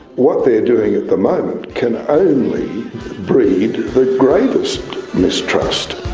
what they're doing at the moment can only breed the gravest mistrust.